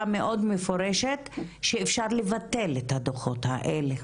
מאוד מפורשת שאפשר לבטל את הדוחות האלה,